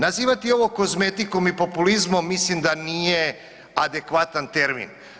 Nazivati ovo kozmetikom i populizmom mislim da nije adekvatan termin.